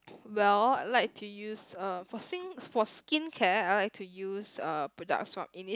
well I like to use uh for sing for skin care I like to use uh products Innis~